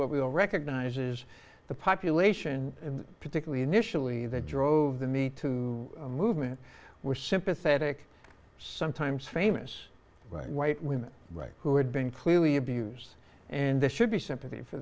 what we all recognize is the population particularly initially that drove the me to movement were sympathetic sometimes famous white women who had been clearly abused and there should be sympathy for